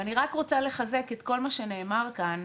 ואני רק רוצה לחזק את כל מה שנאמר כאן,